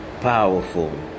powerful